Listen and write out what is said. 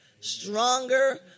stronger